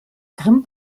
grimm